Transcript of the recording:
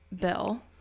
bill